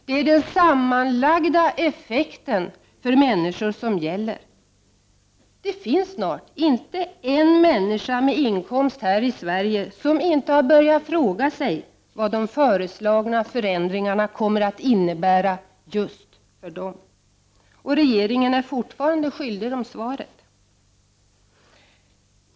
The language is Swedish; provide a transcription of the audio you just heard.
Det är den sammanlagda effekten för människor som gäller! Det finns snart inte en människa med inkomst här i Sverige som inte har börjat fråga sig vad de föreslagna förändringarna kommer att innebära för just dem! Regeringen är fortfarande skyldig dem svaret!